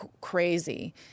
crazy